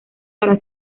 para